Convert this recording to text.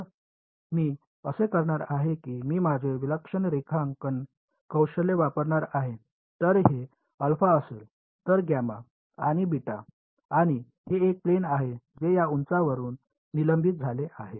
तर मी असे करणार आहे की मी माझे विलक्षण रेखांकन कौशल्य वापरणार आहे तर हे अल्फा असेल तर गामा आणि बीटा आणि हे एक प्लेन आहे जे या उंचावरुन निलंबित झाले आहे